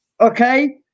Okay